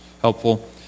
helpful